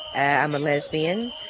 i'm a lesbian.